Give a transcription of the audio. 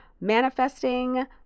manifesting